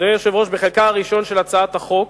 אדוני היושב-ראש, בחלקה הראשון של הצעת החוק